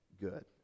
good